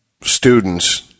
students